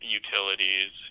utilities